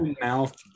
mouth